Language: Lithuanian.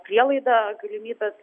prielaidą galimybes